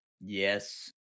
Yes